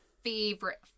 favorite